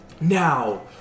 Now